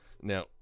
Now